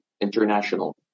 international